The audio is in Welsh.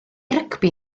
rygbi